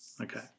Okay